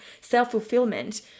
self-fulfillment